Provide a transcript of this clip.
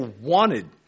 wanted